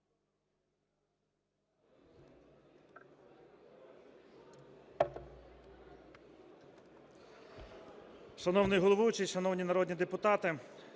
Дякую,